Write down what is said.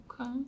Okay